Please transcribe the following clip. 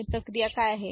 आणि प्रक्रिया काय आहे